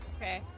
Okay